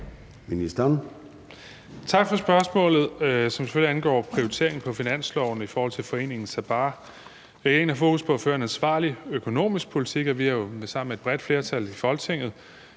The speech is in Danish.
Tak for spørgsmålet, som selvfølgelig angår prioritering på finansloven i forhold til foreningen Sabaah. Regeringen har fokus på at føre en ansvarlig økonomisk politik, og vi har jo sammen med et bredt flertal i Folketinget